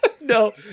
No